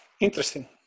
Interesting